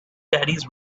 caddies